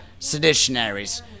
seditionaries